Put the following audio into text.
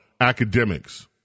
academics